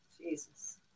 Jesus